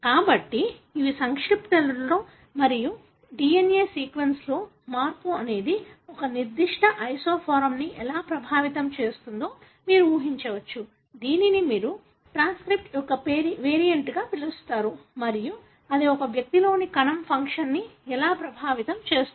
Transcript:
కాబట్టి ఇవి సంక్లిష్టతలు మరియు DNA సీక్వెన్స్లో మార్పు అనేది ఒక నిర్దిష్ట ఐసోఫార్మ్ని ఎలా ప్రభావితం చేస్తుందో మీరు ఊహించవచ్చు దీనిని మీరు ట్రాన్స్క్రిప్ట్ యొక్క వేరియంట్ గా పిలుస్తారు మరియు అది ఒక వ్యక్తిలోని కణం ఫంక్షన్ని ఎలా ప్రభావితం చేస్తుంది